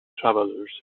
travelers